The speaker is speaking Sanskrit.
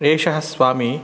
एषः स्वामी